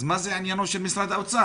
אז מה זה עניינו של משרד האוצר?